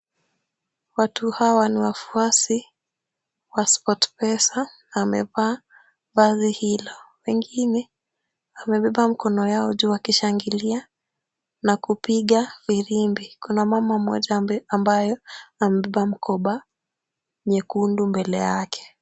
Watu hawa ni wafuasi wa Sportpesa, wamevaa vazi hilo. Wengine wamebeba mkono yao juu wakishangilia na kupiga firimbi. Kuna mama mmoja ambayo amebeba mkoba nyekundu mbele yake.